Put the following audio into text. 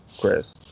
Chris